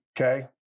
okay